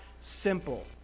simple